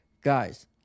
guys